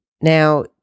Now